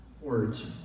Words